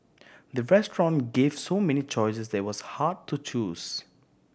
the restaurant gave so many choices that it was hard to choose